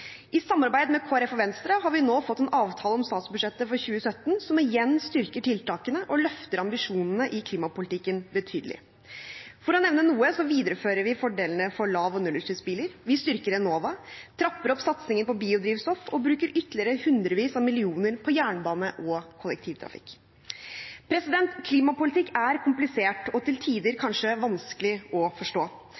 I samarbeid med Kristelig Folkeparti og Venstre har vi nå fått en avtale om statsbudsjettet for 2017 som igjen styrker tiltakene og løfter ambisjonene i klimapolitikken betydelig. For å nevne noe: Vi viderefører fordelene for lav- og nullutslippsbiler, vi styrker Enova, trapper opp satsingen på biodrivstoff og bruker ytterligere hundrevis av millioner på jernbane og kollektivtrafikk. Klimapolitikk er komplisert og til tider